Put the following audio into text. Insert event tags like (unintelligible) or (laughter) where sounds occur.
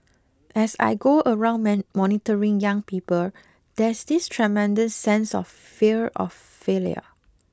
as I go around (unintelligible) mentoring young people there's this tremendous sense of fear of failure